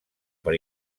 per